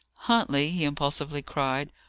huntley, he impulsively cried,